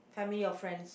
family or friends